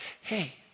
hey